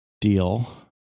deal